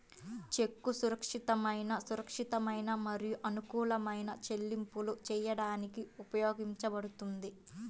చెక్కు సురక్షితమైన, సురక్షితమైన మరియు అనుకూలమైన చెల్లింపులు చేయడానికి ఉపయోగించబడుతుంది